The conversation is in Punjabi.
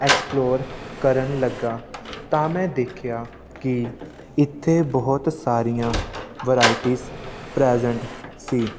ਐਕਸਪਲੋਰ ਕਰਨ ਲੱਗਾ ਤਾਂ ਮੈਂ ਦੇਖਿਆ ਕਿ ਇੱਥੇ ਬਹੁਤ ਸਾਰੀਆਂ ਵਰਾਇਟੀਜ ਪ੍ਰੈਜੈਂਟ ਸੀ